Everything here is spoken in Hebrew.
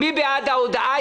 --- לישיבת הוועדה.